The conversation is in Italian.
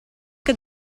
che